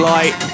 Light